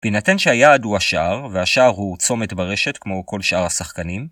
בהינתן שהיעד הוא השער והשער הוא צומת ברשת כמו כל שאר השחקנים